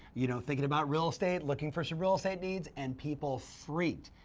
you know thinking about real estate, looking for some real estate needs? and people freaked.